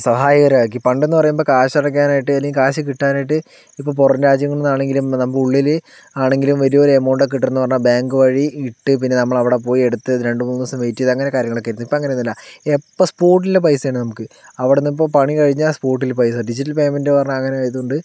സഹായകരമാക്കി പണ്ടെന്ന് പറയുമ്പോ കാശ് അടക്കാനായിട്ട് അല്ലെങ്കിൽ കാശ് കിട്ടാനായിട്ട് ഇപ്പോൾ പുറം രാജ്യങ്ങളിൽ നിന്നാണെങ്കിലും നമക്ക് ഉള്ളില് ആണെങ്കിലും വലിയൊരു എമൗണ്ടൊക്കെ കിട്ടെന്ന് പറഞ്ഞാ ബാങ്ക് വഴി ഇട്ട് പിന്നെ നമ്മളവിടെ പോയി എടുത്ത് അത് രണ്ട് മൂന്ന് ദിവസം വെയ്റ്റ് ചെയ്ത് അങ്ങനെ കാര്യങ്ങളൊക്കേരുന്ന് ഇപ്പോൾ അങ്ങനൊന്നുല്ല എപ്പോൾ സ്പോട്ടില് പൈസേണ് നമുക്ക് അവിടെന്നിപ്പോൾ പണി കഴിഞ്ഞാ സ്പോട്ടില് പൈസ ഡിജിറ്റൽ പെയ്മെൻറ്റ്ന്ന് പറഞ്ഞാ അങ്ങനൊരു ഇതുണ്ട്